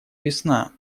весна